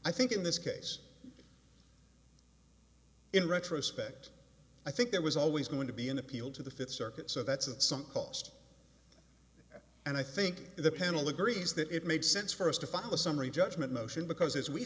i think in this case in retrospect i think there was always going to be an appeal to the fifth circuit so that's at some cost and i think the panel agrees that it makes sense for us to file a summary judgment motion because as we